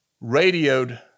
radioed